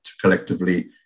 collectively